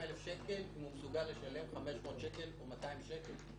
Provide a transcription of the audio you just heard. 50,000 שקל, אם הוא מסוגל לשלם 500 או 200 שקל.